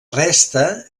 resta